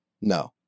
no